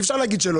אי אפשר לומר שלא.